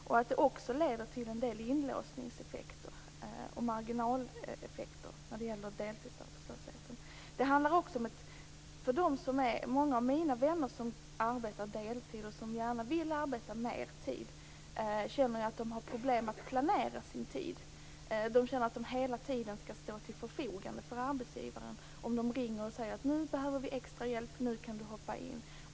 Det leder också till en del inlåsningseffekter och marginaleffekter när det gäller deltidsarbetslösheten. Många av mina vänner som arbetar deltid och som gärna vill arbeta mer känner att de har problem att planera sin tid. De känner att de hela tiden skall stå till arbetsgivarens förfogande om arbetsgivaren ringer och säger: Nu behöver vi extra hjälp, nu kan du hoppa in.